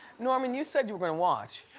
norman, you said you were gonna watch.